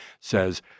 says